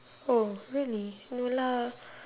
oh really no lah